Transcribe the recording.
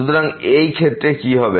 সুতরাং এই ক্ষেত্রে কি হবে